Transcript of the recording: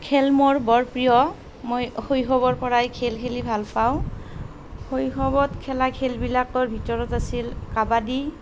খেল মোৰ বৰ প্ৰিয় মই শৈশৱৰ পৰাই খেল খেলি ভাল পাওঁ শৈশৱত খেলা খেলবিলাকৰ ভিতৰত আছিল কাবাডী